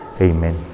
Amen